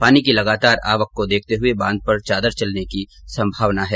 पानी की लगातार आवक को देखते हुए बांध पर चादर चलने की संभावना है